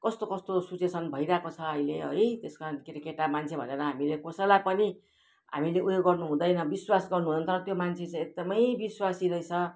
कस्तो कस्तो सिचुएसन भइरहेको छ अहिले है त्यसकारण केटा केटा मान्छे भनेर हामीले कसैलाई पनि हामीले उयो गर्नु हुँदैन विश्वास गर्नु हुँदैन तर त्यो मान्छे चाहिँ एकदमै विश्वासी रहेछ